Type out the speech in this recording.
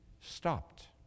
stopped